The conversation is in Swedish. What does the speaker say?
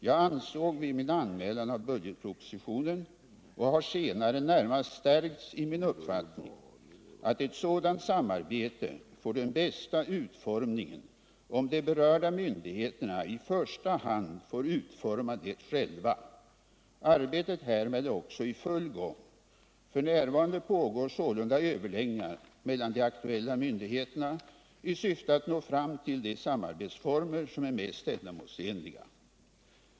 Jag ansåg vid min anmälan av budgetpropositionen — och har senare närmast stärkts i min uppfattning — att ett sådant samarbete får den bästa utformningen, om de berörda myndigheterna i första hand får utforma det själva. Arbetet härmed är också i full gång. F. n. pågår sålunda överläggningar mellan de aktuella myndigheterna i syfte att nå fram till de samarbetsformer som är mest ändamålsenliga.